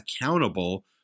accountable